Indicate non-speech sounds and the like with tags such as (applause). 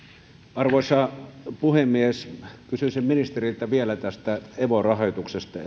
arvoisa puhemies kysyisin ministeriltä vielä evo rahoituksesta (unintelligible)